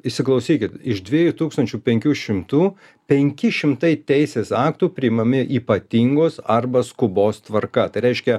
įsiklausykit iš dviejų tūkstančių penkių šimtų penki šimtai teisės aktų priimami ypatingos arba skubos tvarka tai reiškia